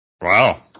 Wow